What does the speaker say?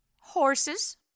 Horses